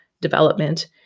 development